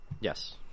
yes